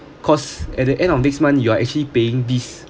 because at the end of next month you are actually paying these